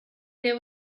there